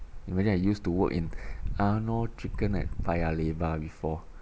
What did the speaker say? imagine I used to work in arnold chicken at paya lebar before